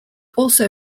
also